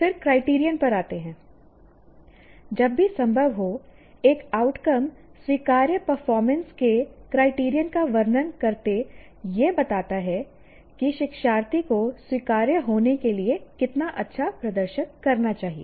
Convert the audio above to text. फिर क्राइटेरियन पर आते हैं जब भी संभव हो एक आउटकम स्वीकार्य परफॉर्मेंस के क्राइटेरियन का वर्णन करके यह बताता है कि शिक्षार्थी को स्वीकार्य होने के लिए कितना अच्छा प्रदर्शन करना चाहिए